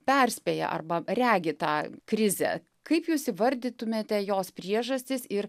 perspėja arba regi tą krizę kaip jūs įvardytumėte jos priežastis ir